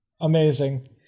Amazing